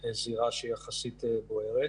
זירה שהיא יחסית בוערת.